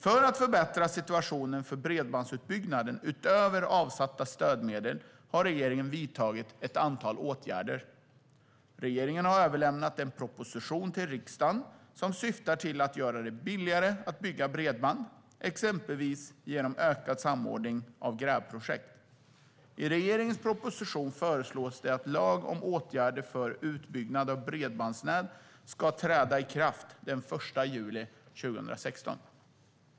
För att förbättra situationen för bredbandsutbyggnaden har regeringen, utöver avsatta stödmedel, vidtagit ett antal åtgärder. Regeringen har överlämnat en proposition till riksdagen som syftar till att göra det billigare att bygga bredband, exempelvis genom ökad samordning av grävprojekt. I regeringens proposition föreslås det att en lag om åtgärder för utbyggnad av bredbandsnät ska träda i kraft den 1 juli 2016.